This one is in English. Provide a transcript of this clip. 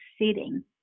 sitting